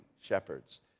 shepherds